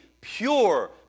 pure